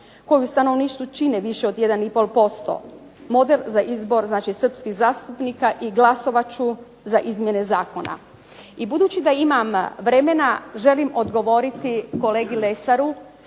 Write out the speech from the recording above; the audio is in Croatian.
koji u stanovništvu čine više od 1,5%, model za izbor znači srpskih zastupnika i glasovat ću za izmjene zakona. I budući da imam vremena, želim odgovoriti kolegi Lesaru